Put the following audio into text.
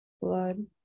Blood